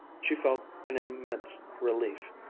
she felt an immense relief.